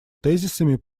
тезисами